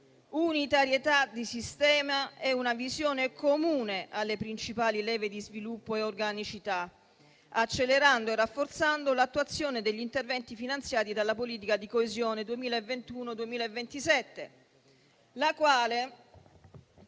unitarietà di sistema e una visione comune alle principali leve di sviluppo e organicità, accelerando e rafforzando l'attuazione degli interventi finanziati dalla politica di coesione 2021-2027, che aveva